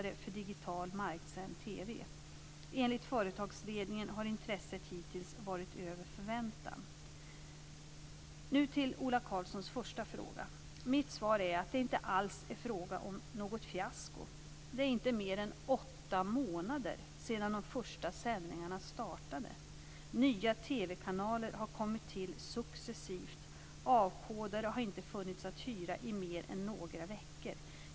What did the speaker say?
Enligt företagsledningen har intresset hittills varit över förväntan. Nu till Ola Karlssons första fråga. Mitt svar är att det inte alls är fråga om något fiasko. Det är inte mer än åtta månader sedan de första sändningarna startade. Nya TV-kanaler har kommit till successivt. Avkodare har inte funnits att hyra i mer än några veckor.